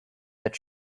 that